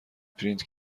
پرینت